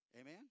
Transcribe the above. Amen